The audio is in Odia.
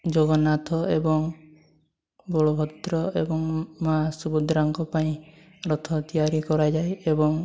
ଜଗନ୍ନାଥ ଏବଂ ବଳଭଦ୍ର ଏବଂ ମାଆ ସୁଭଦ୍ରାଙ୍କ ପାଇଁ ରଥ ତିଆରି କରାଯାଏ ଏବଂ